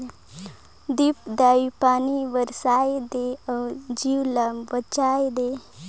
देपी दाई पानी बरसाए दे अउ जीव ल बचाए दे